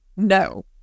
no